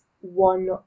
One